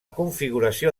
configuració